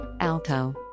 Alto